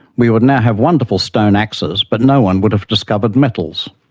we would now have wonderful stone axes, but no one would have discovered metals.